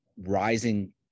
rising